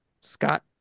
Scott